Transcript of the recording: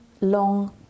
long